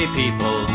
people